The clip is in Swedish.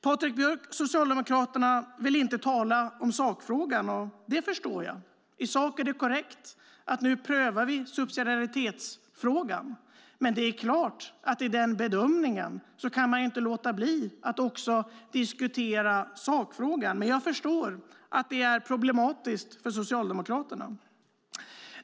Patrik Björck från Socialdemokraterna vill inte tala om sakfrågan. Det förstår jag. I sak är det korrekt. Nu prövar vi subsidiaritetsfrågan. Men i denna bedömning kan man inte låta bli att också diskutera sakfrågan; det är klart. Jag förstår att det är problematiskt för Socialdemokraterna.